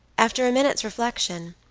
after a minute's reflection,